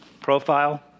profile